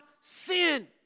sin